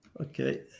okay